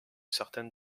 certaine